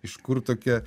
iš kur tokia